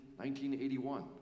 1981